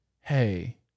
hey